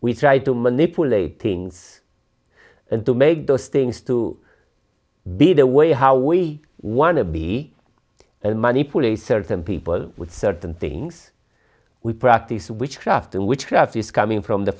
we tried to manipulate things and to make those things to be the way how we want to be a money people a certain people with certain things we practice witchcraft and witchcraft is coming from the